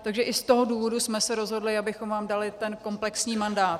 Takže i z toho důvodu jsme se rozhodli, abychom vám dali ten komplexní mandát.